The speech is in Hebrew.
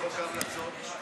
חוק ההמלצות?